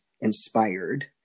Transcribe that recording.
inspired